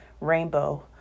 rainbow